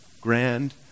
grand